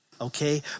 Okay